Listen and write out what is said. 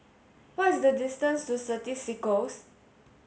what is the distance to Certis Cisco